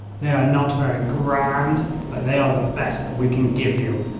they are not very grand, but they are the best that we can give you.